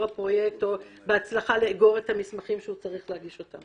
הפרויקט או הצלחה לאגור את המסמכים שהוא צריך להגיש.